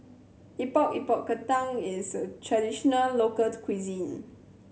Epok Epok Kentang is a traditional local cuisine